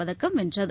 பதக்கம் வென்றது